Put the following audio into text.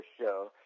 show